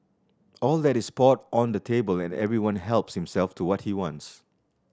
all that is poured on the table and everyone helps himself to what he wants